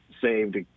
saved